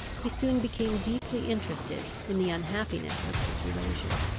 he soon became deeply interested in the unhappiness of his relation.